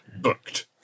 booked